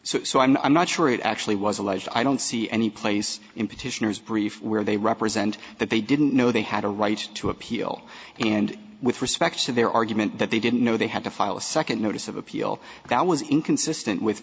lead so i'm i'm not sure it actually was alleged i don't see any place in petitioners brief where they represent that they didn't know they had a right to appeal and with respect to their argument that they didn't know they had to file a second notice of appeal that was inconsistent with